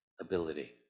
ability